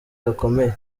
gakomeye